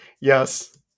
Yes